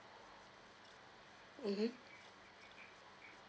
mmhmm